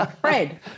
Fred